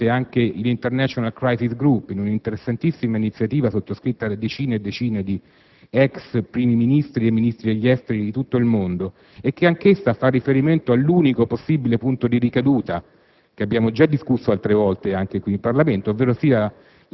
I contorni di questa soluzione li ha prospettati di recente anche *l'International* *Crisis* *Group* in un'interessantissima iniziativa sottoscritta da decine e decine di ex Primi ministri e Ministri degli esteri di tutto il mondo. Anche in essa si fa riferimento all'unico possibile punto di ricaduta